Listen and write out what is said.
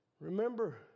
Remember